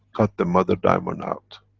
cut the mother diamond out.